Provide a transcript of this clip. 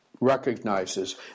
recognizes